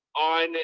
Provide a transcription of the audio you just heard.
on